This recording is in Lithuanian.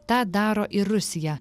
tą daro ir rusija